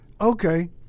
Okay